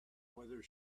whether